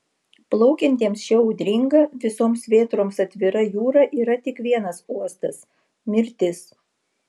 plaukiantiems šia audringa visoms vėtroms atvira jūra yra tik vienas uostas mirtis